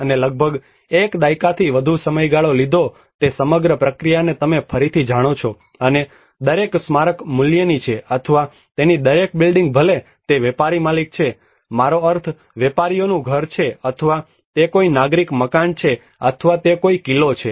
અને લગભગ એક દાયકાથી વધુ સમયગાળો લીધો તે સમગ્ર પ્રક્રિયાને તમે ફરીથી જાણો છો અને દરેક સ્મારક મૂલ્યની છે અથવા તેની દરેક બિલ્ડિંગ ભલે તે વેપારી માલિક છે મારો અર્થ વેપારીઓનુ ઘર છે અથવા તે કોઈ નાગરિક મકાન છે અથવા તે કોઈ કિલ્લો છે